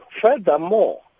Furthermore